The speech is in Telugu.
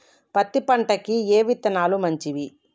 పత్తి పంటకి ఏ విత్తనాలు మంచివి?